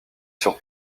sur